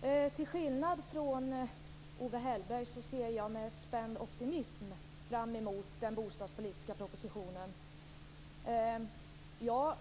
Herr talman! Till skillnad från Owe Hellberg ser jag med spänd optimism fram emot den bostadspolitiska propositionen. Jag